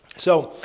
so,